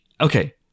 Okay